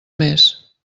més